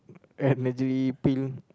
energy pill